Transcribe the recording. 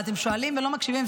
אתם שואלים ולא מקשיבים.